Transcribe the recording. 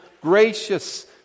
gracious